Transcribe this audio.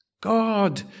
God